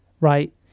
right